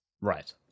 Right